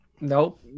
nope